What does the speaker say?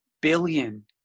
billion